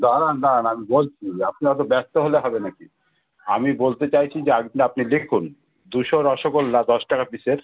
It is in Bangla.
দাঁড়ান দাঁড়ান আমি বলছি আপনি অত ব্যস্ত হলে হবে নাকি আমি বলতে চাইছি যে আপনি লিখুন দুশো রসগোল্লা দশ টাকা পিসের